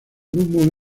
humo